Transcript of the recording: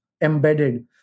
embedded